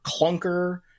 clunker